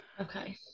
okay